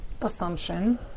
assumption